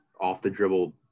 off-the-dribble